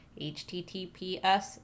https